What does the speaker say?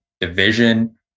division